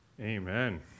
Amen